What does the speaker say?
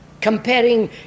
comparing